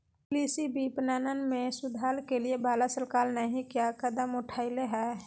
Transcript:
कृषि विपणन में सुधार के लिए भारत सरकार नहीं क्या कदम उठैले हैय?